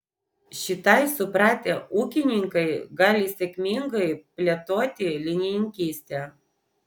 šitai supratę ūkininkai gali sėkmingai plėtoti linininkystę